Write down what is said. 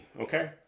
okay